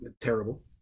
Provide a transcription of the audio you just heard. terrible